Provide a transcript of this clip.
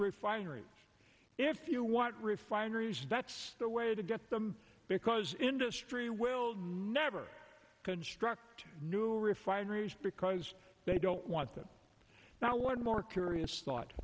refineries if you want refineries that's the way to get them because industry will never construct new refineries because they don't want them now one more curious thought